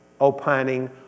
opining